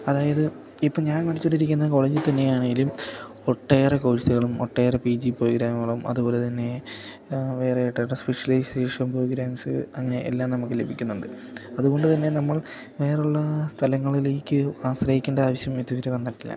അതായത് ഇപ്പോള് ഞാൻ പഠിച്ചുകൊണ്ടിരിക്കുന്ന കോളേജിൽ തന്നെയാണേലും ഒട്ടേറെ കോഴ്സുകളും ഒട്ടേറെ പി ജി പ്രോഗ്രാമുകളും അതുപോലെ തന്നെ വേറെ ഒട്ടേറെ സ്പെഷ്യലൈസേഷൻ പ്രോഗ്രാംസ് അങ്ങനെ എല്ലാം നമുക്ക് ലഭിക്കുന്നുണ്ട് അതുകൊണ്ടുതന്നെ നമ്മൾ വേറെയുള്ള സ്ഥലങ്ങളിലേക്ക് ആശ്രയിക്കണ്ട ആവശ്യം ഇതുവരെ വന്നിട്ടില്ല